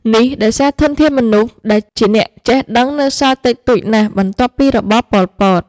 នេះដោយសារធនធានមនុស្សដែលជាអ្នកចេះដឹងនៅសេសសល់តិចតួចណាស់បន្ទាប់ពីរបបប៉ុលពត។